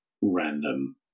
random